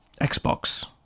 Xbox